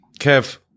Kev